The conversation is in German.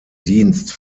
dienst